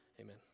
Amen